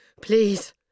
please